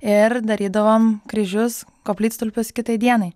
ir darydavom kryžius koplytstulpius kitai dienai